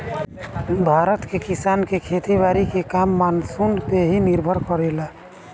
भारत के किसान के खेती बारी के काम मानसून पे ही निर्भर करेला